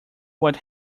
what